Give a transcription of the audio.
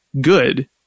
good